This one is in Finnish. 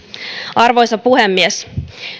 arvoisa puhemies